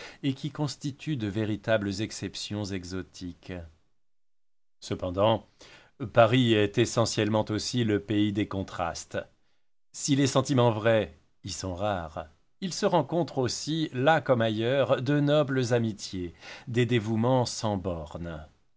et qui constituent de véritables exceptions exotiques cependant paris est essentiellement aussi le pays des contrastes si les sentiments vrais y sont rares il se rencontre aussi là comme ailleurs de nobles amitiés des dévouements sans bornes